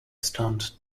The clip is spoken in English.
stunt